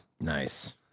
Nice